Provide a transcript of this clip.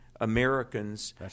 Americans